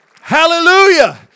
Hallelujah